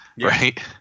right